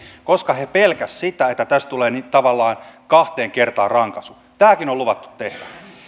koska he pelkäsivät että tästä tulee tavallaan kahteen kertaan rankaisu tämäkin on luvattu tehdä